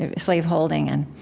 ah slaveholding. and